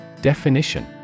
Definition